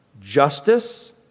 justice